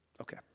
Okay